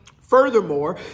Furthermore